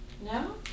No